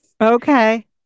Okay